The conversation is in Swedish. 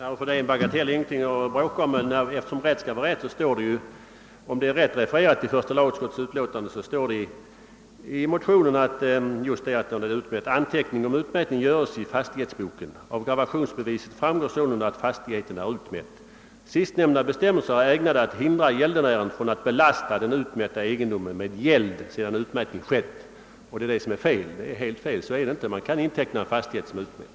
Det gäller en ren bagatell, som inte är någonting att bråka om, men rätt skall vara rätt. Om referatet i första lagutskottets utlåtande är riktigt står det i motionen: »Anteckning om utmätningen göres i fastighetsboken. Av gravationsbeviset framgår sålunda att fastigheten är utmätt. Sistnämnda bestämmelser är ägnade att hindra gäldenären från att belasta den utmätta egendomen med gäld sedan utmätning skett.» Det är helt felaktigt. Man kan inteckna en fastighet som är utmätt.